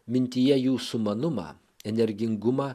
mintyje jų sumanumą energingumą